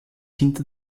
hinter